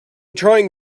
trying